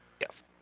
Yes